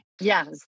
Yes